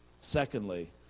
Secondly